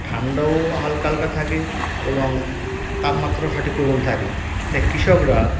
ঠান্ডাও হালকা হালকা থাকে এবং তাপমাত্রাও সঠিক পরিমাণ থাকে তাই কৃষকরা